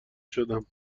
شدم